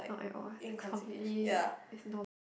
not at all ah completely it's normal